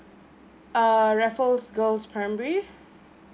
err raffles girls primary